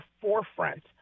forefront